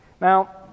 Now